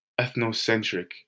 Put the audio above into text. ethnocentric